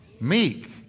Meek